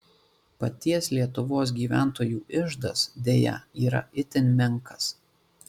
paties lietuvos gyventojų iždas deja yra itin menkas